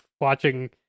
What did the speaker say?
watching